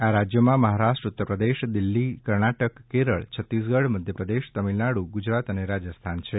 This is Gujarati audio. આ રાજ્યોમાં મહારાષ્ટ્ર ઉત્તર પ્રદેશ દિલ્હી કર્ણાટક કેરળ છત્તીસગઢ મધ્યપ્રદેશ તમિળનાડ઼ ગુજરાત અને રાજસ્થાન છે